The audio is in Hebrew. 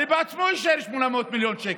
הרי הוא בעצמו אישר 800 מיליון שקל,